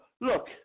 look